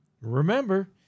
Remember